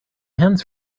hands